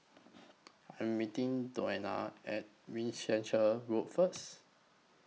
I Am meeting Dione At Winchester Road First